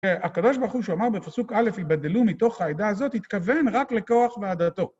הקדוש ברוך הוא שאמר בפסוק א היבדלו מתוך העדה הזאת, התכוון רק לקורח ועדתו